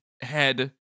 head